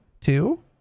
Two